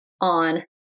on